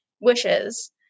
wishes